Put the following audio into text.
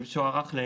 זה משוערך.